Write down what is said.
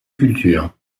cultures